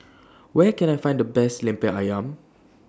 Where Can I Find The Best Lemper Ayam